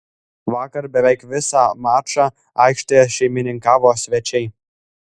vakar beveik visą mačą aikštėje šeimininkavo svečiai